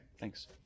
Thanks